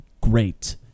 great